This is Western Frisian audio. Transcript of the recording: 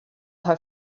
har